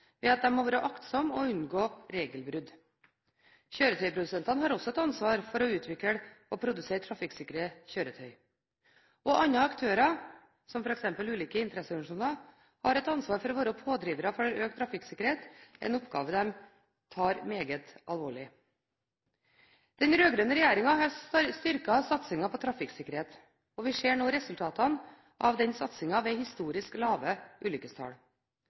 ved at de må være aktsomme og unngå regelbrudd. Kjøretøyprodusentene har ansvar for å utvikle og produsere trafikksikre kjøretøy. Og andre aktører, som f.eks. ulike interesseorganisasjoner, har ansvar for å være pådrivere for økt trafikksikkerhet – en oppgave de tar meget alvorlig. Den rød-grønne regjeringen har styrket satsingen på trafikksikkerhet, og vi ser nå resultatene av den satsingen ved historisk lave ulykkestall.